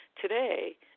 Today